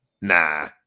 Nah